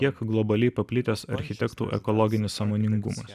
kiek globaliai paplitęs architektų ekologinis sąmoningumas